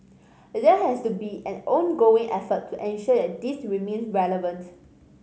that has to be an ongoing effort to ensure that this remains relevant